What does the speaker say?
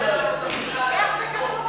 על התקציב, על, איך זה קשור לחוק הדיינים?